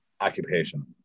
occupation